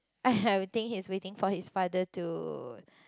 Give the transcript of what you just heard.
I will think he is waiting for his father to